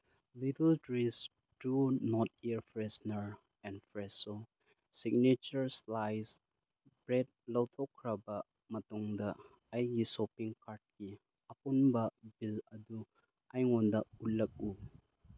little Trees True North air freshener and fresh signature ꯏꯁꯂꯥꯏꯁ bread ꯂꯧꯊꯣꯛꯈ꯭ꯔꯕ ꯃꯇꯨꯡꯗ ꯑꯩꯒꯤ ꯁꯣꯄꯤꯡ ꯀꯥꯔꯠꯀꯤ ꯑꯄꯨꯟꯕ ꯕꯤꯜ ꯑꯗꯨ ꯑꯩꯉꯣꯟꯗ ꯎꯠꯂꯛꯎ